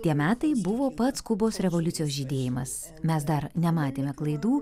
tie metai buvo pats kubos revoliucijos žydėjimas mes dar nematėme klaidų